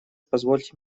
позвольте